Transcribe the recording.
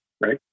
right